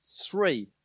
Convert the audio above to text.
three